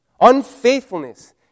Unfaithfulness